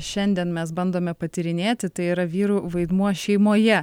šiandien mes bandome patyrinėti tai yra vyrų vaidmuo šeimoje